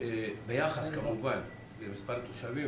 ביחס כמובן למספר תושבים,